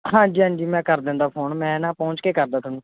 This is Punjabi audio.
ਹਾਂਜੀ ਹਾਂਜੀ ਮੈਂ ਕਰ ਦਿੰਦਾ ਫੋਨ ਮੈਂ ਨਾ ਪਹੁੰਚ ਕੇ ਕਰਦਾ ਤੁਹਾਨੂੰ